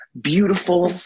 beautiful